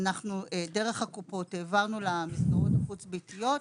שהעברנו דרך הקופות למסגרות החוץ ביתיות,